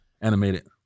Animated